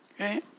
Okay